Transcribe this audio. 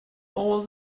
all